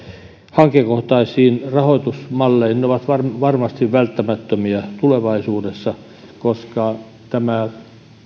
hankekohtaisiin rahoitusmalleihin ne ovat varmasti välttämättömiä tulevaisuudessa koska tämä